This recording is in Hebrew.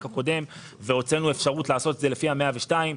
הקודם והוצאנו אפשרות לעשות את זה לפי טופס 102,